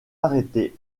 arrêté